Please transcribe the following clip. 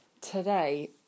today